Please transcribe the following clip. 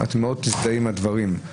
אורחים מחוץ לארץ שמגיעים לראות